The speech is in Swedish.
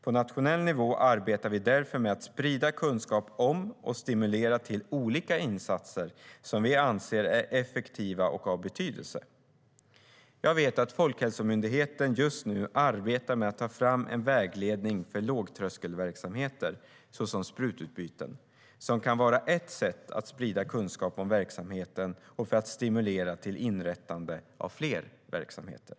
På nationell nivå arbetar vi därför med att sprida kunskap om och stimulera till olika insatser som vi anser är effektiva och av betydelse. Jag vet att Folkhälsomyndigheten just nu arbetar med att ta fram en vägledning för lågtröskelverksamheter, såsom sprututbyten, vilket kan vara ett sätt att sprida kunskap om verksamheten och stimulera till inrättande av fler verksamheter.